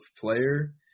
player